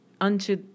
unto